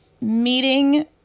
meeting